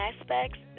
aspects